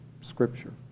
Scripture